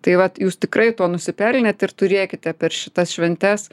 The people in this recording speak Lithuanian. tai vat jūs tikrai to nusipelnėt ir turėkite per šitas šventes